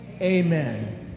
Amen